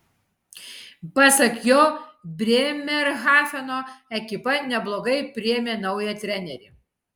pasak jo brėmerhafeno ekipa neblogai priėmė naują trenerį